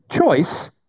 choice